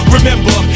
Remember